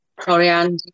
Coriander